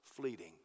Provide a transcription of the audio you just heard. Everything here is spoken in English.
fleeting